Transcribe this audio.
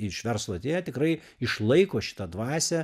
iš verslo atėję tikrai išlaiko šitą dvasią